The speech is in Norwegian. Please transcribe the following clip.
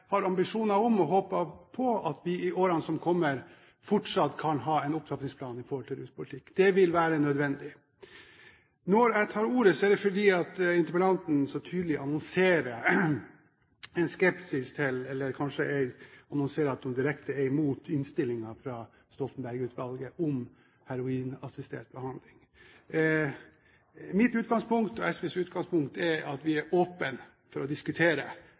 har ambisjoner om og håper på at vi i årene som kommer, fortsatt kan ha en opptrappingsplan når det gjelder ruspolitikken. Det vil være nødvendig. Når jeg tar ordet, er det fordi interpellanten så tydelig annonserer en skepsis til, eller kanskje annonserer at hun direkte er imot, innstillingen fra Stoltenberg-utvalget om heroinassistert behandling. Mitt utgangspunkt og SVs utgangspunkt er at vi er åpne for å diskutere